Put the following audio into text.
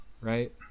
Right